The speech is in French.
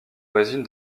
voisine